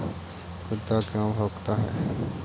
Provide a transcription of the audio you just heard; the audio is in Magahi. कुत्ता क्यों भौंकता है?